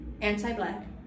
anti-black